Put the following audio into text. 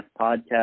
Podcast